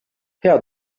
hea